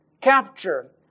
capture